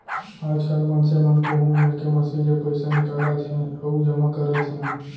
आजकाल मनसे मन कोहूँ मेर के मसीन ले पइसा निकालत हें अउ जमा करत हें